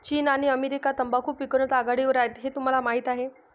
चीन आणि अमेरिका तंबाखू पिकवण्यात आघाडीवर आहेत हे तुम्हाला माहीत आहे